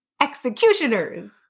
executioners